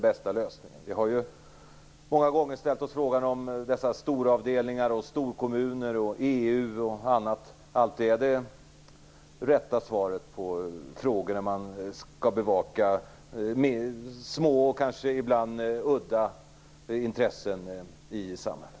Vi har många gånger ställt oss frågan om dessa storavdelningar, storkommuner, EU och annat alltid är det rätta när man ibland skall bevaka små och udda intressen i samhället.